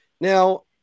Now